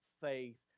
faith